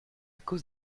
cause